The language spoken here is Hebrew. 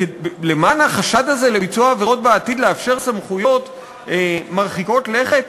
למען החשד הזה לביצוע עבירות בעתיד לאפשר סמכויות מרחיקות לכת?